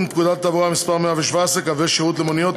פקודת התעבורה (מס' 117) (קווי שירות למוניות),